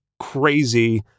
crazy